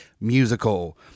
Musical